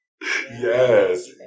Yes